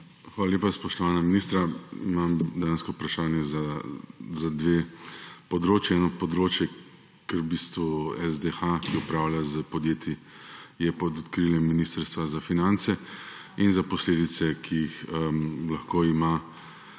Hvala lepa, spoštovana ministra, imam dejansko vprašanje za dve področji. Eno področje, ki je v bistvu SDH, ki upravlja s podjetji, je pod okriljem Ministrstva za finance. In za posledice, ki jih lahko ima